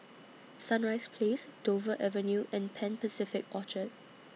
Sunrise Place Dover Avenue and Pan Pacific Orchard